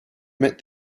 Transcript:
met